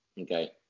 okay